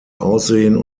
aussehen